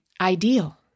ideal